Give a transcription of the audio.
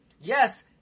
Yes